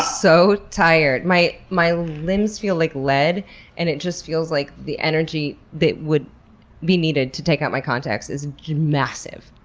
so tired. my my limbs feel like lead and it just feels like the energy that would be needed to take out my contacts is massive.